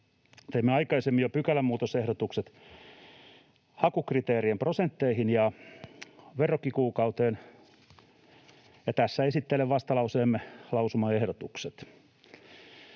Teimme aikaisemmin jo pykälämuutosehdotukset hakukriteerien prosentteihin ja verrokkikuukauteen, ja tässä esittelen vastalauseemme lausumaehdotukset.